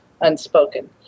unspoken